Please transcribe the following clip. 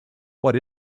what